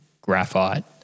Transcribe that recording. graphite